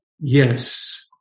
yes